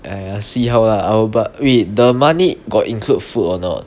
!aiya! see how lah I will but wait the money got include food or not